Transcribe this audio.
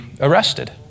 arrested